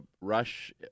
rush